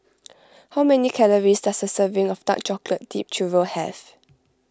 how many calories does a serving of Dark Chocolate Dipped Churro have